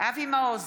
אבי מעוז,